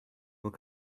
were